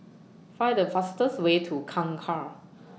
Find The fastest Way to Kangkar